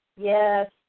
Yes